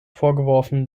vorgeworfen